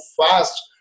fast